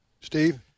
Steve